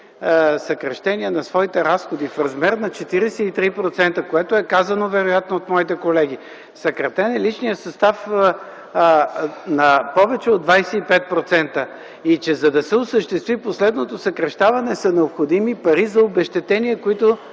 съкращения на своите разходи в размер на 43%, което вероятно е казано от моите колеги. Съкратен е личният състав повече от 25%. За да се осъществи последното съкращаване, са необходими пари за обезщетения, които